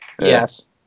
Yes